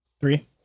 Three